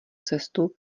cestu